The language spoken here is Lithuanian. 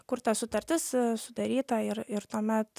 kur ta sutartis sudaryta ir ir tuomet